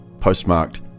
postmarked